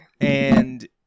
And-